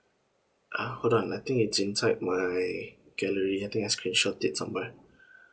uh hold on I think it's inside my gallery I think I screenshot it somewhere